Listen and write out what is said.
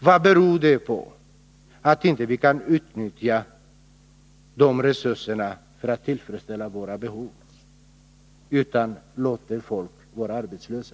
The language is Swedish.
Vad beror det på att vi inte kan utnyttja de resurserna för att tillfredsställa våra behov, utan låter folk gå arbetslösa?